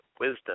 wisdom